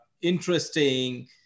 interesting